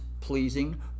pleasing